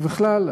ובכלל,